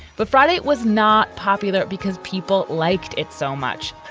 but friday was not popular because people liked it so much.